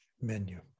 menu